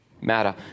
matter